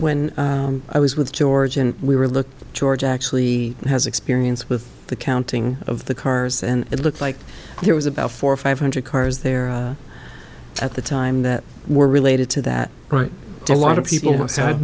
when i was with george and we were look george actually has experience with the counting of the cars and it looked like there was about four or five hundred cars there at the time that were related to that right a lot of people